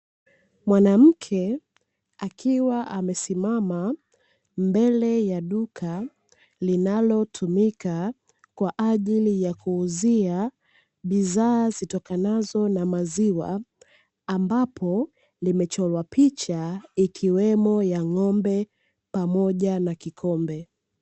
Mwanamke akiwa amesimama mbele ya duka linalotumika kwa ajili ya kuuzia bidhaa zitokanazo na maziwa ambapo limechorwa picha ikiwemo ya ng'ombe pamoja na kikombe.